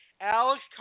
Alex